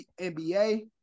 NBA